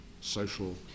social